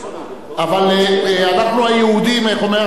אנחנו היהודים, איך אומר אחמד טיבי?